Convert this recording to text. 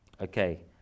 Okay